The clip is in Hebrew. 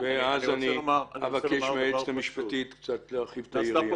ואז אבקש מהיועצת המשפטית להרחיב קצת את היריעה.